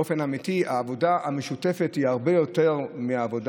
באופן אמיתי העבודה המשותפת היא הרבה יותר מהעבודה,